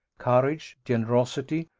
courage, generosity,